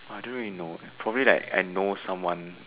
I don't really know eh probably like I know someone